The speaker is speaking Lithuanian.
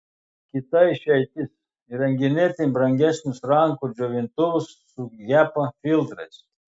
kita išeitis įrenginėti brangesnius rankų džiovintuvus su hepa filtrais